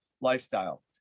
lifestyle